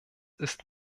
ist